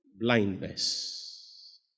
Blindness